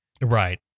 right